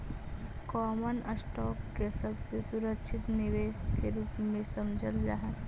common stock के सबसे सुरक्षित निवेश के रूप में समझल जा हई